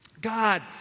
God